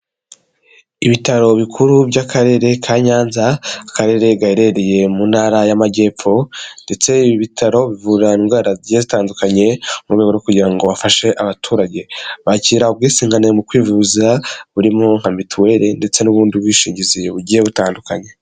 Ibitaro bikuru by'Akarere ka Nyanza, Akarere gaherereye mu Ntara y'Amajyepfo ndetse ibi bitaro bivura indwara zigiye zitandukanye mu rwego rwo kugira ngo bafashe abaturage. Bakira ubwisungane mu kwivuza, burimo nka mituweli ndetse n'ubundi bwishingizi bugiye butandukanye.